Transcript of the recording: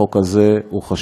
החוק הזה חשוב,